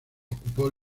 ocupó